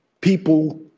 people